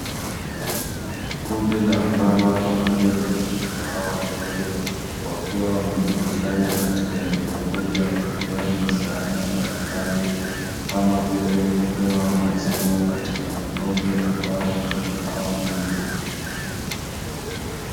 Kundi la wamama pamoja na watoto wao wadogo wakiwa wamejikusanya katika sehemu moja , na kupewa misaada mbalimbali kama vile kupewa maziwa katika vikombe ambayo watoto hao hunywa.